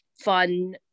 fun